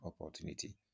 opportunity